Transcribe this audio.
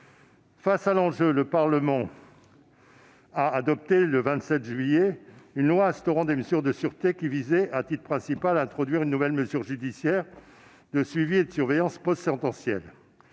Face à cet enjeu, le Parlement a adopté, le 27 juillet 2020, une loi instaurant des mesures de sûreté, qui visait avant tout à introduire une nouvelle mesure judiciaire de suivi et de surveillance post-sentencielle.